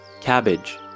cabbage